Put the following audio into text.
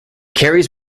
carries